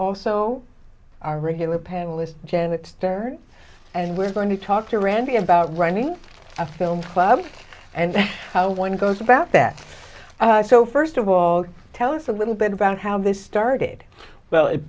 also our regular panelist janet faired and we're going to talk to randy about running a film club and how one goes about that so first of all tell us a little bit about how this started well it